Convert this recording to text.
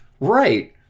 Right